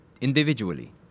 individually